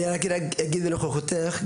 אני רק אגיד בנוכחותך,